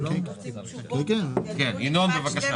לא אנחנו שיבצנו אותם, המדינה שיבצה